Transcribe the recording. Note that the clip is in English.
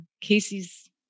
Casey's